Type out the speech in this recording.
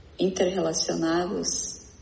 interrelacionados